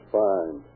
fine